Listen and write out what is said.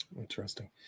Interesting